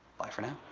bye for now.